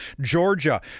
Georgia